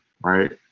right